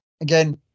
Again